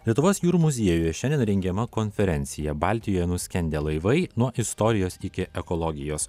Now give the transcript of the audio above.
lietuvos jūrų muziejuje šiandien rengiama konferencija baltijoj nuskendę laivai nuo istorijos iki ekologijos